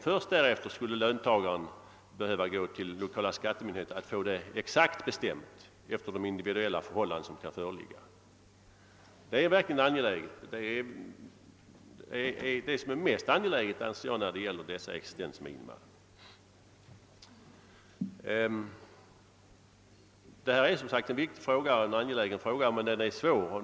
Först därefter skulle löntagaren behöva gå till de lokala skattemyndigheterna för att eventuellt få ett högre belopp fastställt med hänsyn till de individuella förhållanden som kan föreligga. Detta är enligt min mening det mest angelägna när det gäller existensminimum. Det är en svår fråga.